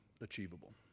achievable